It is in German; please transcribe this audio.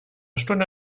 stunde